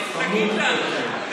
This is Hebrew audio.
ממשלת נתניהו אישרה באריאל?